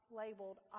labeled